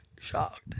shocked